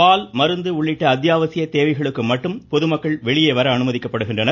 பால் மருந்து உள்ளிட்ட அத்தியாவசிய தேவைகளுக்கு மட்டும் பொதுமக்கள் வெளியே வர அனுமதிக்கப்படுகின்றனர்